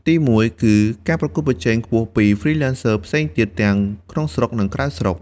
ទីមួយ គឺ ការប្រកួតប្រជែងខ្ពស់ ពី Freelancers ផ្សេងទៀតទាំងក្នុងស្រុក និងក្រៅស្រុក។